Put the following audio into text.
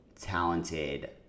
talented